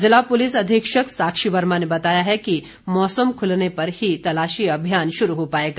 जिला पुलिस अधीक्षक साक्षी वर्मा ने बताया कि मौसम खूलने पर ही तलाशी अभियान शुरू हो पाएगा